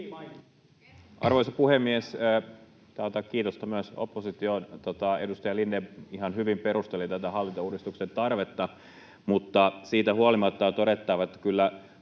Arvoisa puhemies! Pitää antaa kiitosta myös oppositioon. Edustaja Lindén ihan hyvin perusteli hallintouudistuksen tarvetta. Mutta siitä huolimatta on todettava, että kyllä